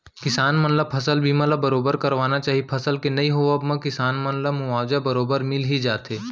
किसान मन ल फसल बीमा ल बरोबर करवाना चाही फसल के नइ होवब म किसान मन ला मुवाजा बरोबर मिल ही जाथे